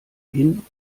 hin